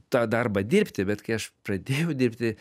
tą darbą dirbti bet kai aš pradėjau dirbti